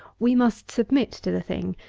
we must submit to the thing,